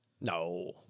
No